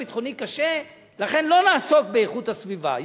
ביטחוני קשה ולכן לא נעסוק באיכות הסביבה.